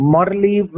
Morally